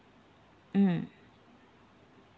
mm